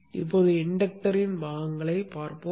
இப்போது இன்டக்டர் யின் பாகங்களைப் பார்ப்போம்